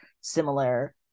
similar